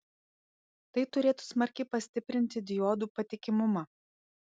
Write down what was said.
tai turėtų smarkiai pastiprinti diodų patikimumą